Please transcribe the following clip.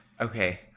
okay